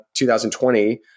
2020